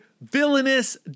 villainous